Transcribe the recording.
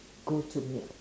go to meal